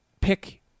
pick